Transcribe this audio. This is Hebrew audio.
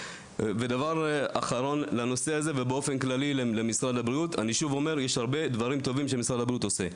דבר אחרון למשרד הבריאות: יש הרבה דברים טובים שמשרד הבריאות עושה,